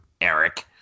Eric